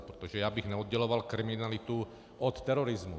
Protože bych neodděloval kriminalitu od terorismu.